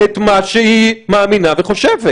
תן לה לבטא את מה שהיא מאמינה וחושבת.